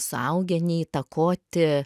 suaugę neįtakoti